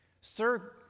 Sir